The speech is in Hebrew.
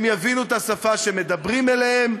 הם יבינו את השפה שבה מדברים אליהם,